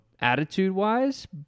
attitude-wise